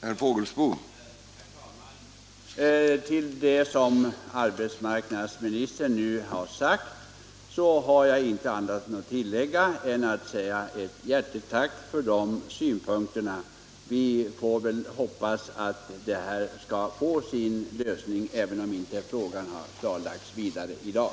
Herr talman! Till det som arbetsmarknadsministern nu har sagt har jag inte annat att tillägga än ett hjärtligt tack för de synpunkterna. Vi får väl hoppas att den här frågan skall få sin lösning, även om den inte har klarlagts vidare här i dag.